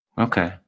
Okay